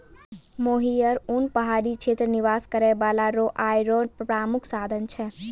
मोहियर उन पहाड़ी क्षेत्र निवास करै बाला रो आय रो प्रामुख साधन छै